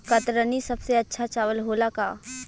कतरनी सबसे अच्छा चावल होला का?